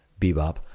bebop